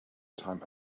time